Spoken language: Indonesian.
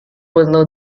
penuh